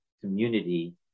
community